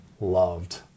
loved